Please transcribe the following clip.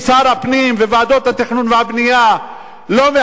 ועדות התכנון והבנייה לא מאשרות תוכניות.